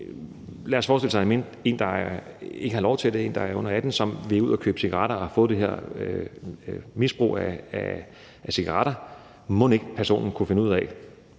Lad os forestille os en person, der ikke havde lov til det, en, der er under 18 år, og som vil ud at købe cigaretter og har fået det her misbrug af cigaretter. Mon ikke personen kunne finde ud af